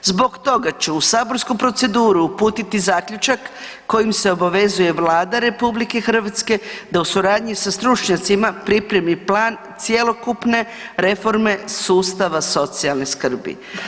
Zbog toga ću u saborsku proceduru uputiti zaključak kojim se obavezuje Vlada RH da u suradnji sa stručnjacima pripremi plan cjelokupne reforme sustava socijalne skrbi.